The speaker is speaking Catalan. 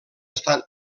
estan